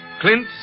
Clint